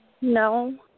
No